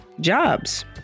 jobs